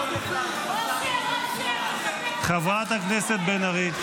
אושר --- חברת הכנסת בן ארי,